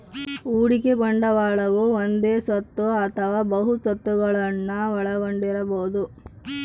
ಹೂಡಿಕೆ ಬಂಡವಾಳವು ಒಂದೇ ಸ್ವತ್ತು ಅಥವಾ ಬಹು ಸ್ವತ್ತುಗುಳ್ನ ಒಳಗೊಂಡಿರಬೊದು